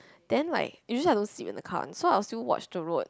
then like usually I don't sit in the car one so I will still watch the road